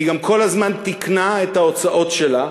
היא גם כל הזמן תיקנה את ההוצאות שלה,